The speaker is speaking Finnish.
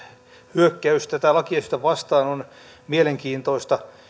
hyökkäys tätä lakiesitystä vastaan on mielenkiintoinen